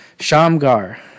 Shamgar